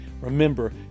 Remember